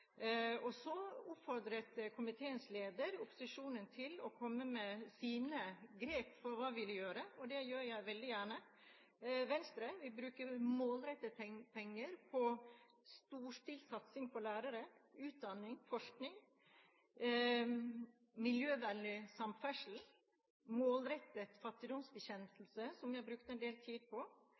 Så oppfordret komiteens leder opposisjonen om å komme med sine grep for hva vi vil gjøre, og det gjør jeg veldig gjerne. Venstre vil bruke målrettede penger på storstilt satsing på lærere, utdanning, forskning, miljøvennlig samferdsel, målrettet fattigdomsbekjempelse, som vi har brukt en del tid på,